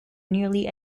nearly